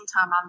time